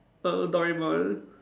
err Doraemon